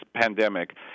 pandemic